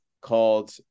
called